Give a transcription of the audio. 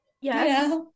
Yes